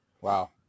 Wow